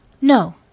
No